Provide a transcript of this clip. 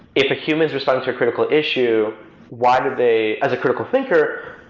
if a human is responding to a critical issue why would they as a critical thinker,